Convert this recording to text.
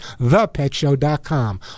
thepetshow.com